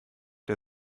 der